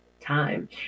time